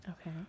Okay